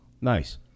Nice